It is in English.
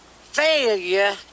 failure